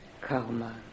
karma